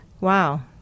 Wow